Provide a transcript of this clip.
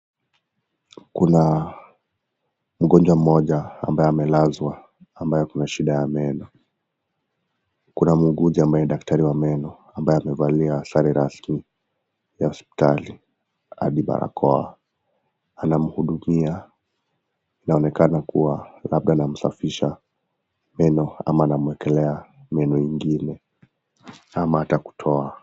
Kuna mgonjwa mmoja ambaye amelazwa ambaye ako na shida ya meno kuna muuguzi ambaye daktari wa meno ambaye amevalia nguo rasmi ya hospitali hadi barakoa anamhudumia anaonekana kuwa labda anamsafisha meno ama anamwekelea meno ingine ama hata kutoa.